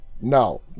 No